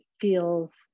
feels